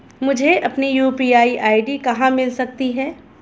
मुझे अपनी UPI ID कहां मिल सकती है?